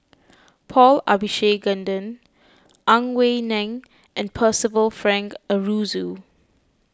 Paul Abisheganaden Ang Wei Neng and Percival Frank Aroozoo